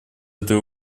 этой